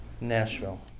nashville